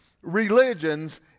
religions